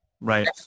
Right